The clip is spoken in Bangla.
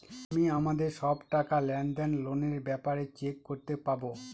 আমি আমাদের সব টাকা, লেনদেন, লোনের ব্যাপারে চেক করতে পাবো